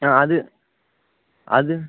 ஆ அது அது